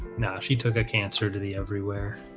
now she took a cancer to the everywhere